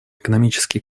экономический